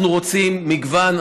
אנחנו רוצים מגוון,